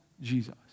Jesus